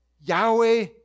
Yahweh